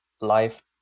Life